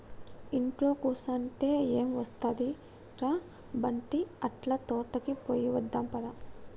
ఇంట్లో కుసంటే ఎం ఒస్తది ర బంటీ, అట్లా తోటకి పోయి వద్దాం పద